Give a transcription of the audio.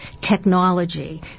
technology